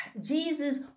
Jesus